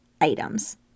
items